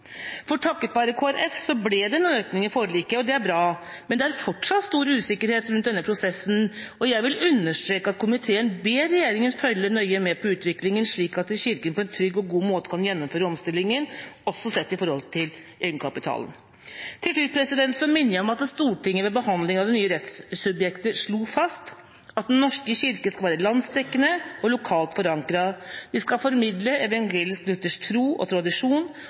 for takket være Kristelig Folkeparti ble det en økning i forliket, og det er bra, men det er fortsatt stor usikkerhet rundt denne prosessen, og jeg vil understreke at komiteen ber regjeringen følge nøye med på utviklingen, slik at Kirken på en trygg og god måte kan gjennomføre omstillingen, også sett i forhold til egenkapitalen. Til slutt minner jeg om at Stortinget ved behandling av det nye rettssubjektet slo fast at Den norske kirke skal være landsdekkende og lokalt forankret. Vi skal formidle evangelisk-luthersk tro og tradisjon,